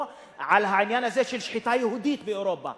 או על העניין הזה של שחיטה יהודית באירופה.